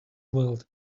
world